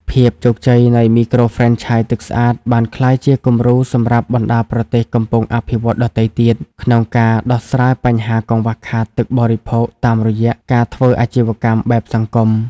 ភាពជោគជ័យនៃមីក្រូហ្វ្រេនឆាយទឹកស្អាត បានក្លាយជាគំរូសម្រាប់បណ្ដាប្រទេសកំពុងអភិវឌ្ឍន៍ដទៃទៀត ក្នុងការដោះស្រាយបញ្ហាកង្វះខាតទឹកបរិភោគតាមរយៈការធ្វើអាជីវកម្មបែបសង្គម។